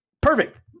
Perfect